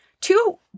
Two